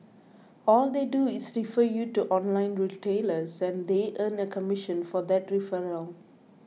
all they do is refer you to online retailers and they earn a commission for that referral